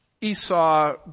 Esau